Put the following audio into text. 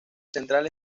central